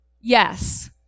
Yes